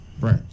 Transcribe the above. right